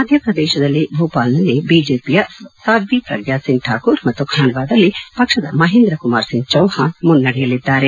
ಮಧ್ಯಪ್ರದೇಶದಲ್ಲಿ ಭೂಪಾಲ್ನಲ್ಲಿ ಬಿಜೆಪಿಯ ಸಾದ್ವಿ ಪ್ರಗ್ಯಾಸಿಂಗ್ ಶಾಕೂರ್ ಮತ್ತು ಕಾಂಡ್ವಾದಲ್ಲಿ ಪಕ್ಷದ ಮಹೇಂದ್ರಕುಮಾರ್ ಸಿಂಗ್ ಚೌಹಾಣ್ ಮುನ್ನಡೆಯಲಿದ್ದಾರೆ